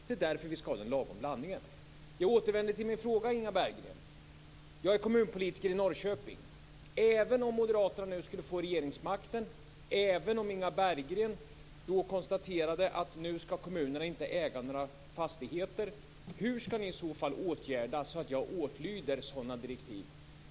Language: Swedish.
Det är därför som vi skall ha en lagom blandning. Jag återvänder till min fråga, Inga Berggren. Jag är kommunpolitiker i Norrköping. Om Moderaterna skulle få regeringsmakten och Inga Berggren då konstaterade: Nu skall kommunerna inte äga några fastigheter. Hur skall ni i så fall åtgärda så att jag åtlyder sådana direktiv?